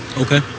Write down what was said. Okay